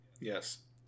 yes